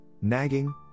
nagging